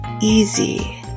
easy